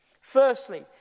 Firstly